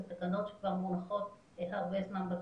אלה תקנות שכבר מונחות הרבה זמן בכנסת,